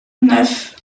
neuf